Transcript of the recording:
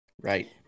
right